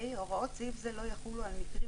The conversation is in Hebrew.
(ה)הוראות סעיף זה לא יחולו על מקרים,